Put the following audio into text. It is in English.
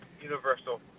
Universal